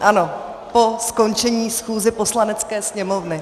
Ano, po skončení schůze Poslanecké sněmovny.